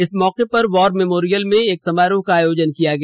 इस मौके पर वॉर मेमोरियल में एक समारोह का आयोजन किया गया